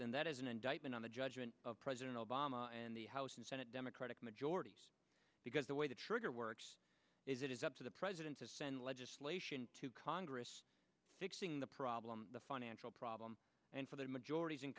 then that is an indictment on the judgment of president obama and the house and senate democratic majority because the way the trigger works is it is up to the president to send legislation to congress fixing the problem the financial problem and for their majorit